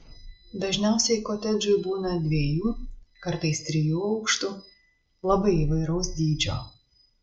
dažniausiai kotedžai būną dviejų kartais trijų aukštų labai įvairaus dydžio